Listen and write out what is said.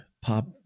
pop